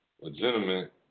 legitimate